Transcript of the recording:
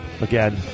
again